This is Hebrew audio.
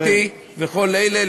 לייעוץ המשפטי, לכל אלה.